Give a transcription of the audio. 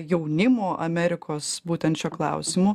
jaunimo amerikos būtent šiuo klausimu